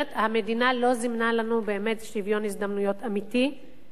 אבל המדינה לא זימנה לנו באמת שוויון הזדמנויות אמיתי,